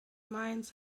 mines